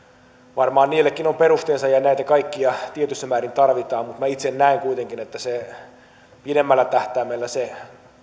varmaan niillekin on perusteensa ja näitä kaikkia tietyssä määrin tarvitaan mutta minä itse näen kuitenkin että pidemmällä tähtäimellä se